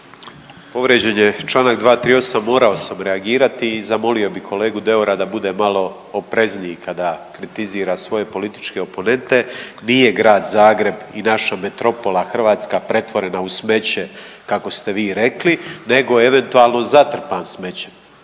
Povrijeđen je čl. 238, morao sam reagirati i zamolio bih kolegu Deura da bude malo oprezniji kada kritizira svoje političke oponente. Nije Grad Zagreb i naša metropola Hrvatska pretvorena u smeće kako ste vi rekli nego eventualno zatrpan smećem,